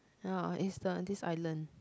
ya it's the this island